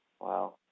Wow